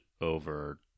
over